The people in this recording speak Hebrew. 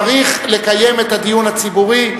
צריך לקיים את הדיון הציבורי,